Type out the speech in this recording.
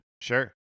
sure